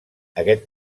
aquest